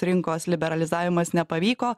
rinkos liberalizavimas nepavyko